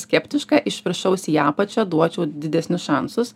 skeptiška iš viršaus į apačią duočiau didesnius šansus